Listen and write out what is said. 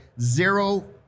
Zero